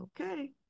Okay